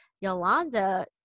Yolanda